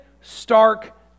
stark